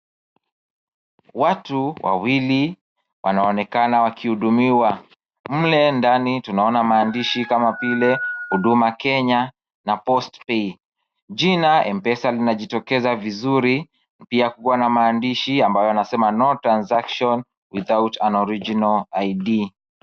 Watu wawili wanaonekana wakihudumiwa. Mle ndani tunaona maandishi kama vile huduma Kenya na postpay jina mpesa linajitokeza vizuri na pia kuna maandishi yanasema no transaction without an original ID .